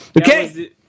Okay